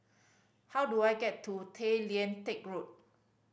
how do I get to Tay Lian Teck Road